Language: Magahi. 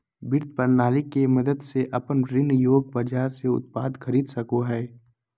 वित्त प्रणाली के मदद से अपन ऋण योग्य बाजार से उत्पाद खरीद सकेय हइ